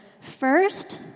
First